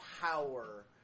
power